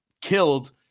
killed